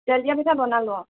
তেল দিয়া পিঠা বনালোঁ অঁ